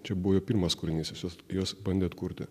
čia buvo jo pirmas kūrinysjis juos bandė atkurti